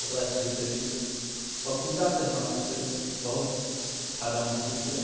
ओकरा छीट देली पपीतासँ हमरा सबके बहुत फायदामन्द होइ छै